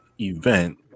event